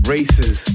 Races